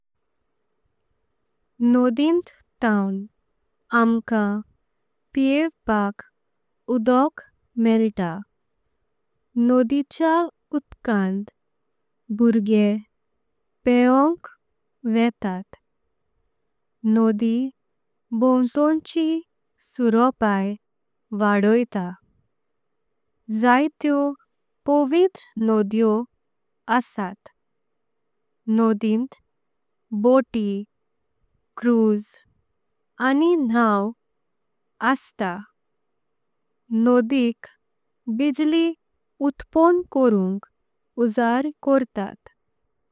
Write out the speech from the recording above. नदींत थांव आमकां पिवेपाक उदक। मेळता नदीच्या उदकांत भुर्गें पेंवक। वेटात नदी भवतोंची सुरोपाई व्हाड्डोइता। जायतें पवित्र नोडियो असात नदींत। बोटी क्रूज आणी न्हाव अस्तात नोडीक। बिजली उत्पोन कोरुंक उज्जार कोरात।